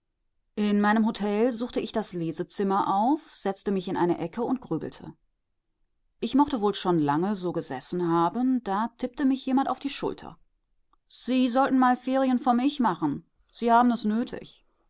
in meinem hotel suchte ich das lesezimmer auf setzte mich in eine ecke und grübelte ich mochte wohl schon lange so gesessen haben da tippte mich jemand auf die schulter sie sollten mal ferien vom ich machen sie haben es